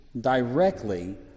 directly